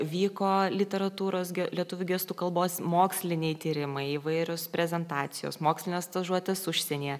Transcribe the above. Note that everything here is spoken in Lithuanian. vyko literatūros lietuvių gestų kalbos moksliniai tyrimai įvairios prezentacijos mokslinės stažuotės užsienyje